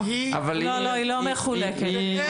אבל היא לא מחולקת.